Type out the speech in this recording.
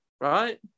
right